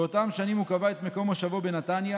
באותם שנים הוא קבע את מקום מושבו בנתניה